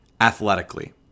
athletically